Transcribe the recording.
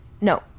No